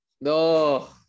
No